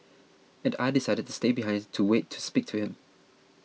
and I decided to stay behind to wait to speak to him